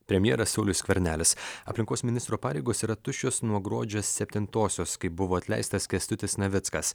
premjeras saulius skvernelis aplinkos ministro pareigos yra tuščios nuo gruodžio septintosios kai buvo atleistas kęstutis navickas